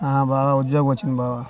బావా ఉద్యోగం వచ్చింది బావ